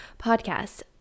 podcast